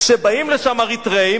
כשבאים לשם אריתריאים,